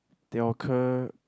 they occur